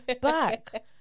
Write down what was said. back